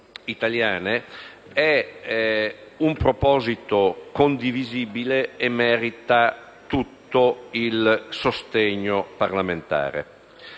è un proposito condivisibile, che merita tutto il sostegno parlamentare.